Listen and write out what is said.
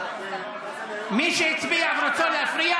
מי שהצביע ורוצה להפריע,